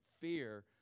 fear